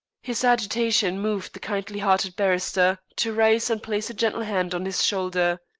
his agitation moved the kindly hearted barrister to rise and place a gentle hand on his shoulder.